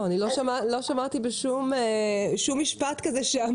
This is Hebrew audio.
לא שמעתי שום משפט כזה.